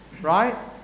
Right